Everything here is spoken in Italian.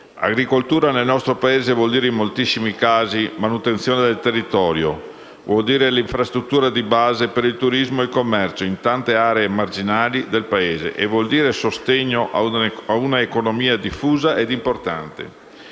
agricoltura vuol dire, in moltissimi casi, manutenzione del territorio, infrastruttura di base per il turismo, commercio in tante aree marginali del Paese e sostegno a un'economia diffusa e importante.